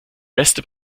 beste